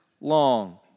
long